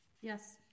Yes